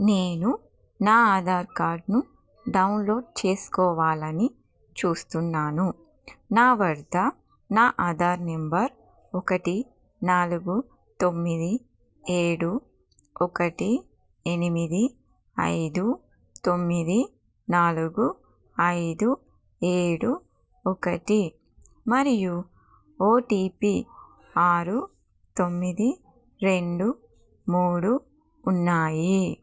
నేను నా ఆధార్ కార్డ్ను డౌన్లోడ్ చేసుకోవాలని చూస్తున్నాను నా వద్ద నా ఆధార్ నంబర్ ఒకటి నాలుగు తొమ్మిది ఏడు ఒకటి ఎనిమిది ఐదు తొమ్మిది నాలుగు ఐదు ఏడు ఒకటి మరియు ఓటిపి ఆరు తొమ్మిది రెండు మూడు ఉన్నాయి